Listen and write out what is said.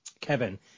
Kevin